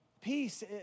Peace